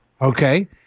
Okay